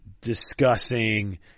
discussing